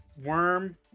Worm